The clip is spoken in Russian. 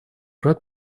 рад